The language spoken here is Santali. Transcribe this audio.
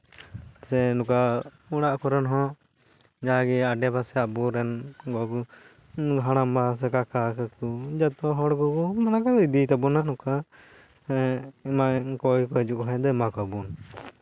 ᱥᱮ ᱱᱚᱝᱠᱟ ᱚᱲᱟᱜ ᱠᱚᱨᱮᱱ ᱦᱚᱸ ᱡᱟᱜᱮ ᱟᱰᱮᱯᱟᱥᱮ ᱟᱵᱚᱨᱮᱱ ᱜᱚᱜᱚ ᱦᱟᱲᱟ ᱵᱟ ᱥᱮ ᱠᱟᱠᱟ ᱠᱟᱠᱩ ᱡᱚᱛᱚ ᱦᱚᱲ ᱠᱚᱠᱚ ᱞᱟᱹᱭ ᱤᱫᱤ ᱛᱟᱵᱚᱱᱟ ᱱᱚᱝᱠᱟ ᱮᱢᱟᱭ ᱠᱚᱭ ᱠᱚ ᱦᱤᱡᱩᱜ ᱠᱷᱟᱱ ᱫᱚ ᱮᱢᱟ ᱠᱚᱣᱟ ᱵᱚᱱ